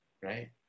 right